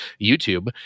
YouTube